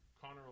Connor